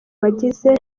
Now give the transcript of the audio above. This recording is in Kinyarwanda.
bagize